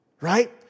right